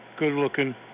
Good-looking